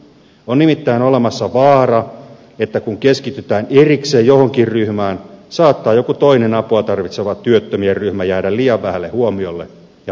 on nimittäin olemassa vaara että kun keskitytään erikseen johonkin ryhmään saattaa joku toinen apua tarvitseva työttömien ryhmä jäädä liian vähälle huomiolle ja panostukselle